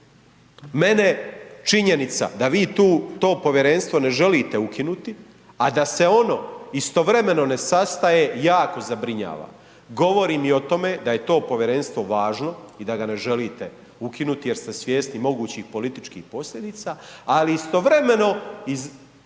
Mene činjenica da vi to povjerenstvo ne želite ukinuti, a da se ono istovremeno ne sastaje, jako zabrinjava, govori mi o tome da je to povjerenstvo važno i da ga ne želite ukinuti jer ste svjesni mogućih političkih posljedica, ali istovremeno iz